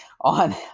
on